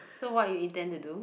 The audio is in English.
so what you intend to do